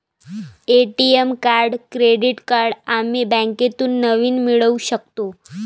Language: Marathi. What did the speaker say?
ए.टी.एम कार्ड क्रेडिट कार्ड आम्ही बँकेतून नवीन मिळवू शकतो